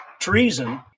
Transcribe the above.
treason